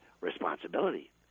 responsibility